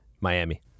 Miami